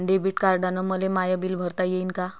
Debit कार्डानं मले my bill भरता येईन का?